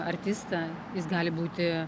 artistą jis gali būti